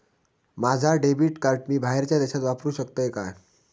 माझा debit card मी बाहेरच्या देशात वापरू शकतय काय?